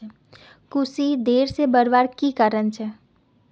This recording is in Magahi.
कुशी देर से बढ़वार की कारण छे?